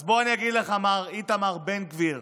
אז בוא אני אגיד לך, מר איתמר בן גביר,